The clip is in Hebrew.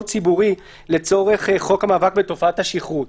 ציבורי לצורך חוק המאבק בתופעת השכרות.